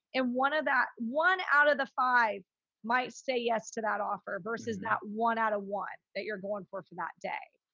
and one of that, one out of the five might say yes to that offer versus not one out of one that you're going for for that day.